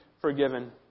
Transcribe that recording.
forgiven